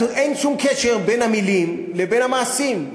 אין שום קשר בין המילים לבין המעשים.